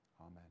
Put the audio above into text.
Amen